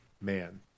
Man